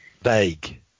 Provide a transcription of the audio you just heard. vague